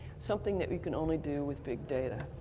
something that we can only do with big data.